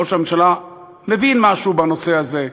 ראש הממשלה מבין משהו בנושא הזה,